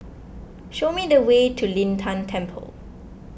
show me the way to Lin Tan Temple